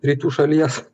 rytų šalies